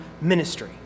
ministry